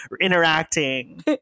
interacting